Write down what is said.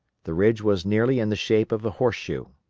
the ridge was nearly in the shape of a horseshoe.